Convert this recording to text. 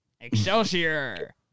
Excelsior